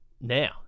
now